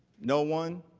no one